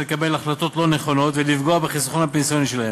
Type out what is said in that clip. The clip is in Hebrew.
לקבל החלטות לא נכונות ולפגוע בחיסכון הפנסיוני שלהם.